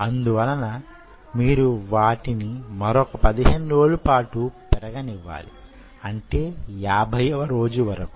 అందువలన మీరు వాటిని మరొక 15 రోజుల పాటు పెరగనివ్వాలి అంటే 50వ రోజు వరకు